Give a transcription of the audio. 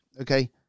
okay